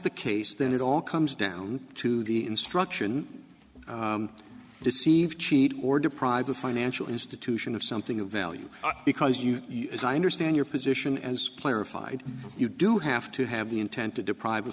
the case that it all comes down to the instruction deceive cheat or deprive a financial institution of something of value because you as i understand your position as clarified you do have to have the intent to deprive a